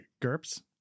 GURPS